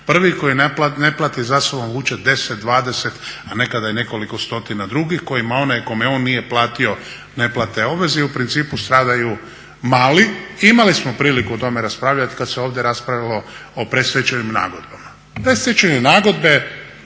prvi koji ne plati za sobom vuče 10, 20, a nekada i nekoliko stotina drugih kojima onaj kome on nije platio ne plati te obveze i u principu stradaju mali. Imali smo priliku o tome raspravljati kad se ovdje raspravljalo o predstečajnim nagodbama.